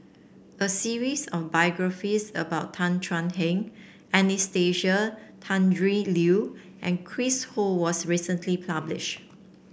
a series of biographies about Tan Thuan Heng Anastasia Tjendri Liew and Chris Ho was recently published